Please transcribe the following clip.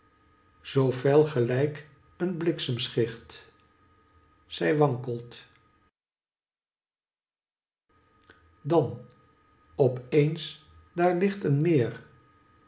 zoo fel gelijk een bliksemschicht zij wankelt dan op eens daar ligt een meir